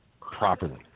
properly